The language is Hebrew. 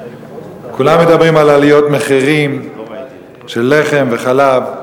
כולם מדברים על עליות מחירים של לחם וחלב.